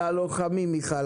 ללוחמים מיכל.